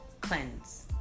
cleanse